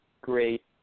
great